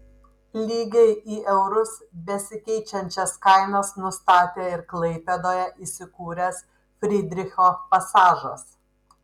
lygiai į eurus besikeičiančias kainas nustatė ir klaipėdoje įsikūręs frydricho pasažas